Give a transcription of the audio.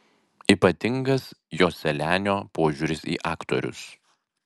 ypatingas joselianio požiūris į aktorius